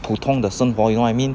普通的生活 you know what I mean